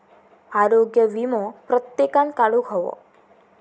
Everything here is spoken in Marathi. आरोग्य वीमो प्रत्येकान काढुक हवो